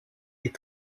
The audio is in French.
est